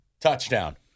Touchdown